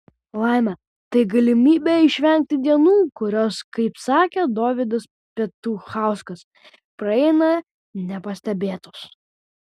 laimė tai galimybė išvengti dienų kurios kaip sakė dovydas petuchauskas praeina nepastebėtos